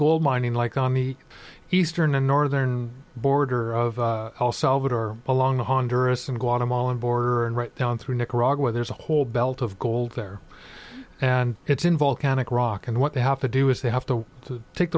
gold mining like on the eastern and northern border of salvador along the honduras and guatemala border and right down through nicaragua there's a whole belt of gold there and it's in volcanic rock and what they have to do is they have to take